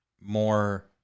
more